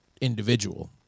individual